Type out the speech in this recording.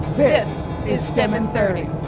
this is stem in thirty.